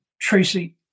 Tracy